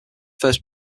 first